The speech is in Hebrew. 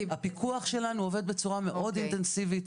הפיקוח שלנו עובד בצורה מאוד אינטנסיבית.